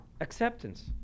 acceptance